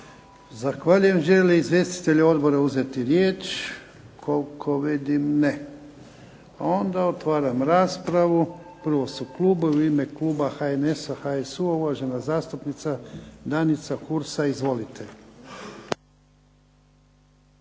Zahvaljujem. Žele li izvjestitelji odbora uzeti riječ? Koliko vidim ne. Otvaram raspravu. Prvo su klubovi. U ime kluba HNS-a, HSU-a uvažena zastupnica DAnica Hursa. Izvolite.